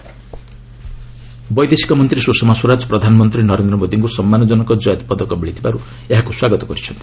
ସ୍ୱଷମା ସ୍ୱରାଜ ବୈଦେଶିକ ମନ୍ତ୍ରୀ ସୁଷମା ସ୍ୱରାଜ ପ୍ରଧାନମନ୍ତ୍ରୀ ନରେନ୍ଦ୍ର ମୋଦିଙ୍କୁ ସମ୍ମାନଜନକ ଜୟେଦ୍ ପଦକ ମିଳିଥିବାରୁ ଏହାକୁ ସ୍ୱାଗତ କରିଛନ୍ତି